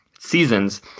seasons